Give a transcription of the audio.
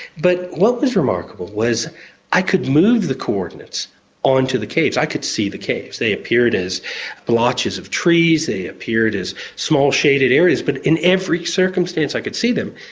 but what was remarkable was i could move the coordinates onto the caves, i could see the caves. they appeared as blotches of trees, they appeared as small shaded areas, but in every circumstance i could see them.